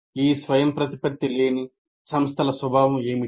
ఈ స్వయంప్రతిపత్తి లేని సంస్థల స్వభావం ఏమిటి